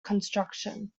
construction